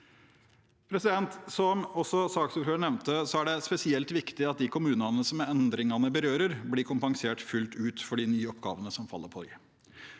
Som saksordføreren nevnte, er det spesielt viktig at de kommunene som endringene berører, blir kompensert fullt ut for de nye oppgavene som faller på